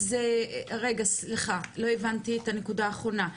לא הבנתי את הנקודה האחרונה,